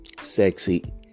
Sexy